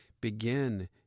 Begin